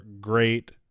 great